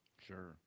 Sure